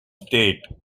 state